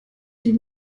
die